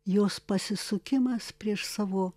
jos pasisukimas prieš savo